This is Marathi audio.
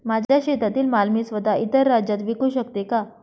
माझ्या शेतातील माल मी स्वत: इतर राज्यात विकू शकते का?